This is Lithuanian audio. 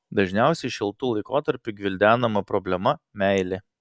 dažniausiai šiltu laikotarpiu gvildenama problema meilė